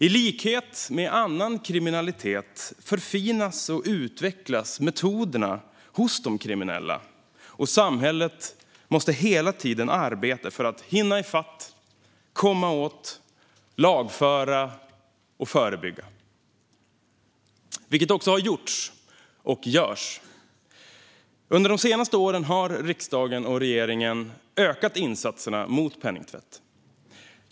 I likhet med annan kriminalitet förfinas och utvecklas metoderna hos de kriminella, och samhället måste hela tiden arbeta för att hinna ifatt, komma åt, lagföra och förebygga - vilket också har gjorts och görs. Under de senaste åren har riksdagen och regeringen ökat insatserna mot penningtvätt.